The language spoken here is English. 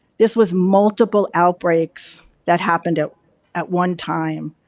this was multiple outbreaks that happened at at one time.